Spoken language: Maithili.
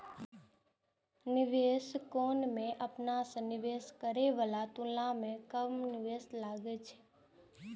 निवेश कोष मे अपना सं निवेश करै बलाक तुलना मे कम निवेश शुल्क लागै छै